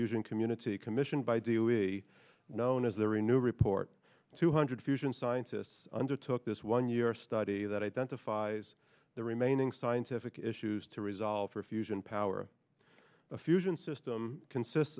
fusion community commissioned by do we known as there in new report two hundred fusion scientists undertook this one year study that identifies the remaining scientific issues to resolve for fusion power the fusion system consist